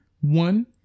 one